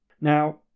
Now